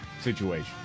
situation